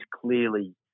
clearly